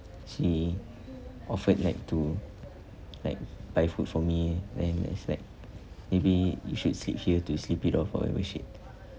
she offered like to like buy food for me then it's like maybe you should sleep here to sleep it off or whatever shit